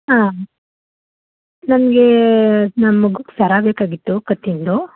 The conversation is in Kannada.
ಹಾಂ ನಮಗೆ ನಮ್ಮ ಮಗುಗೆ ಸರ ಬೇಕಾಗಿತ್ತು ಕತ್ತಿನದು